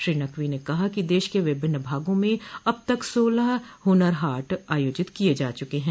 श्री नकवी ने कहा कि देश के विभिन्न भागों में अब तक सोलह हुनर हाट आयोजित किये जा चूके हैं